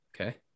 Okay